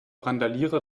randalierer